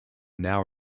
now